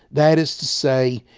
that is to say,